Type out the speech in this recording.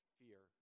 fear